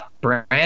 brand